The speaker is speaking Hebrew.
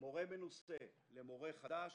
מורה מנוסה למורה חדש,